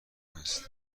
هست